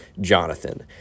Jonathan